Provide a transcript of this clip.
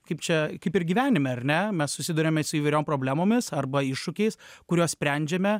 kaip čia kaip ir gyvenime ar ne mes susiduriame su įvairiom problemomis arba iššūkiais kuriuos sprendžiame